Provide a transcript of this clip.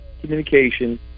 communication